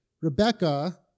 Rebecca